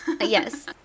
Yes